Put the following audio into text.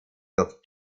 with